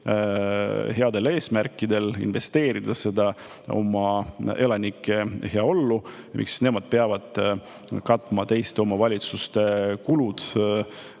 headel eesmärkidel, investeerides seda oma elanike heaolusse –, katma teiste omavalitsuste kulud,